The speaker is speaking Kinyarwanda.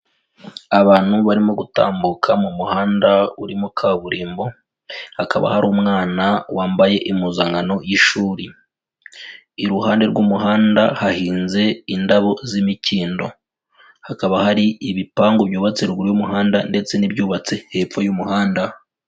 Abantu barimo gutambuka mu muhanda urimo kaburimbo, hakaba hari umwana wambaye impuzankano y'ishuri. Iruhande rw'umuhanda hahinze indabo z'imikindo, hakaba hari ibipangu byubatse ruguru y'umuhanda ndetse n'ibyubatse hepfo y'umuhanda.